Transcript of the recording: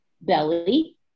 belly